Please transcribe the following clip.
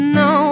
no